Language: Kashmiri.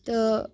تہٕ